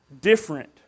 different